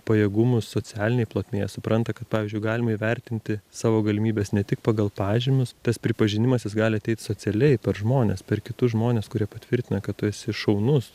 pajėgumus socialinėj plotmėje supranta kad pavyzdžiui galima įvertinti savo galimybes ne tik pagal pažymius tas pripažinimas jis gali ateit socialiai per žmones per kitus žmones kurie patvirtina kad tu esi šaunus